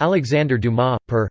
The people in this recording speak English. alexandre dumas, pere